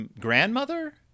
grandmother